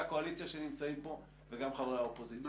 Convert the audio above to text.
הקואליציה שנמצאים פה וגם חברי האופוזיציה.